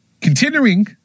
continuing